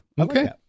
Okay